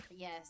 Yes